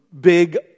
big